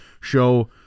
show